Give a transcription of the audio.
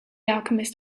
alchemist